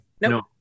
No